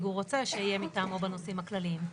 הוא רוצה שיהיה מטעמו בנושאים הכלליים.